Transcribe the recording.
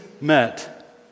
met